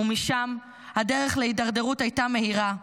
ומשם הדרך להידרדרות הייתה מהירה.